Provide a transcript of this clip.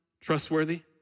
trustworthy